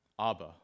Abba